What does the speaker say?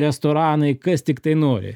restoranai kas tiktai nori